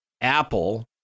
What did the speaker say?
Apple